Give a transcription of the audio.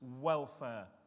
welfare